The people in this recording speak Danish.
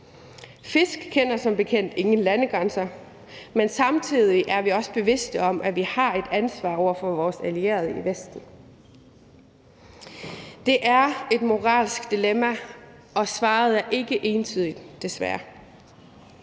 Fisk kender som bekendt ingen landegrænser, men samtidig er vi også bevidste om, at vi har et ansvar over for vores allierede i Vesten. Det er et moralsk dilemma, og svaret er ikke entydigt, desværre.